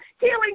healing